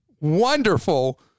wonderful